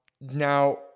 Now